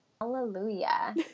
Hallelujah